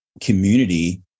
community